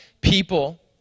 people